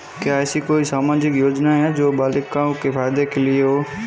क्या ऐसी कोई सामाजिक योजनाएँ हैं जो बालिकाओं के फ़ायदे के लिए हों?